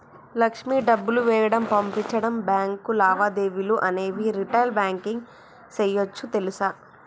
లక్ష్మి డబ్బులు వేయడం, పంపించడం, బాంకు లావాదేవీలు అనేవి రిటైల్ బాంకింగ్ సేయోచ్చు తెలుసా